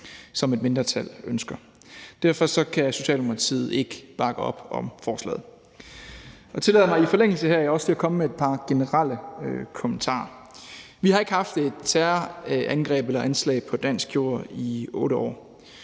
som et mindretal ønsker. Derfor kan Socialdemokratiet ikke bakke op om forslaget. Tillad mig i forlængelse heraf også at komme med et par generelle kommentarer. Vi har ikke haft et terrorangreb eller -anslag på dansk jord i 8 år.